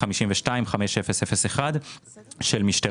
אנחנו חושבים שהעודף הזה הוא נכון,